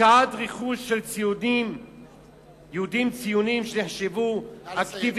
הפקעת רכוש של יהודים ציונים שנחשבו אקטיביסטים.